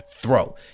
throw